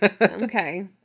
Okay